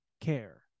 care